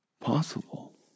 possible